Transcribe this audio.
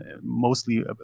mostly